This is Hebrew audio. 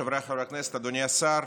חבריי חברי הכנסת, אדוני השר,